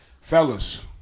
fellas